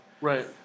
Right